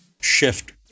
shift